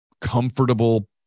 comfortable